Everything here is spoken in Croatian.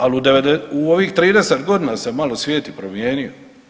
Ali u ovih 30 godina se malo svijet i promijenio.